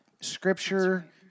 Scripture